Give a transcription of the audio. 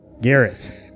Garrett